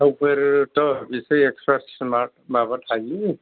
सिखावफोरथ' बिसोर इस्थ्रा स्मार्ट माबा थायो